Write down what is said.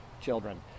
children